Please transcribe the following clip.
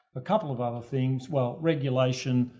a couple of other things. well, regulation.